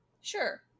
Sure